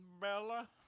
Bella